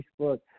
Facebook